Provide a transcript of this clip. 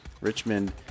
Richmond